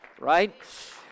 right